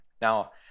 Now